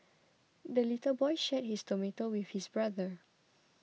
the little boy shared his tomato with his brother